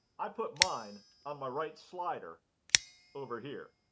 i put mine on my right slider over here.